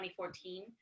2014